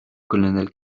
colonel